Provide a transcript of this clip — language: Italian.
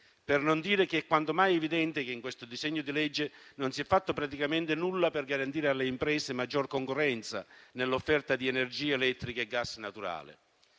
e inclusivi. È quanto mai evidente poi che in questo disegno di legge non si è fatto praticamente nulla per garantire alle imprese maggior concorrenza nell'offerta di energia elettrica e gas naturale.